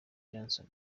johnson